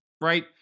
right